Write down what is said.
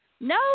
No